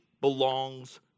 belongs